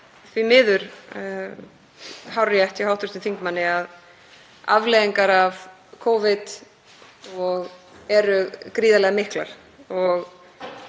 því miður hárrétt hjá hv. þingmanni að afleiðingar af Covid eru gríðarlega miklar